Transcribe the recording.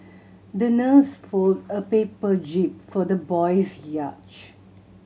the nurse folded a paper jib for the little boy's yacht